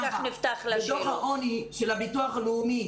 בדוח העוני של הביטוח הלאומי